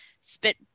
spit